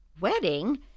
Wedding